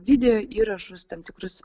videoįrašus tam tikrus